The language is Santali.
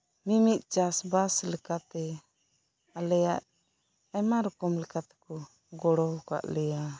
ᱢᱤᱢᱤᱫ ᱪᱟᱥ ᱵᱟᱥ ᱞᱮᱠᱟᱛᱮ ᱟᱞᱮᱭᱟᱜ ᱟᱭᱢᱟ ᱨᱚᱠᱠᱚᱢ ᱞᱮᱠᱟ ᱛᱮᱠᱩ ᱜᱚᱲᱚ ᱟᱠᱟᱫ ᱞᱮᱭᱟ